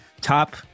top